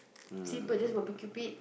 simple just barbeque pit